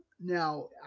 Now